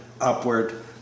upward